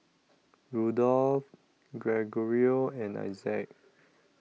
Rudolph Gregorio and Isaac